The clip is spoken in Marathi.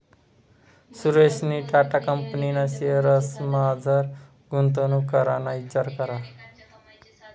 सुरेशनी टाटा कंपनीना शेअर्समझार गुंतवणूक कराना इचार करा